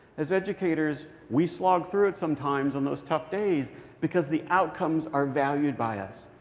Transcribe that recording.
as educators, we slog through it sometimes on those tough days because the outcomes are valued by us.